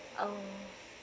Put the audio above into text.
oh